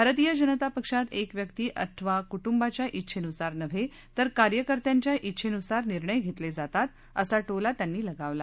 भारतीय जनता पक्षात एक व्यक्ती अथवा कुटुंबाच्या इच्छेनुसार नव्हे तर कार्यकर्त्यांच्या इच्छेनुसार निर्णय घेतले जातात असा टोला त्यांनी लगावला